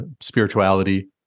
spirituality